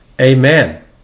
Amen